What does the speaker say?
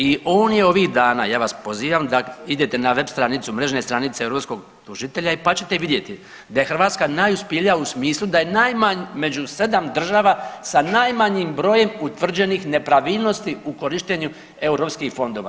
I on je ovih dana, ja vas pozivam da idete na web stranicu, mrežne stranice europskog tužitelja, pa ćete vidjeti da je Hrvatska najuspjelija u smislu da je najmanje, među 7 država sa najmanjim brojem utvrđenih nepravilnosti u korištenju europskih fondova.